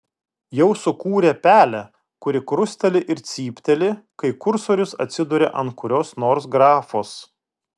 jau sukūrė pelę kuri krusteli ir cypteli kai kursorius atsiduria ant kurios nors grafos